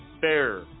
fair